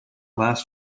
last